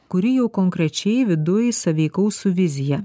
kuri jau konkrečiai viduj sąveikaus su vizija